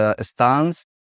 stance